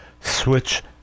Switch